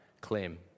claim